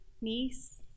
niece